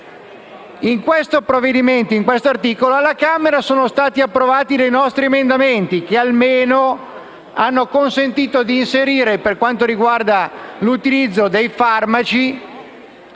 su questo articolo alla Camera sono stati approvati dei nostri emendamenti che almeno hanno consentito di fare in modo, per quanto riguarda l'utilizzo dei farmaci,